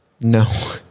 No